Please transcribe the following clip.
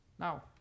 Now